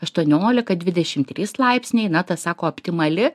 aštuoniolika dvidešimt trys laipsniai na ta sako optimali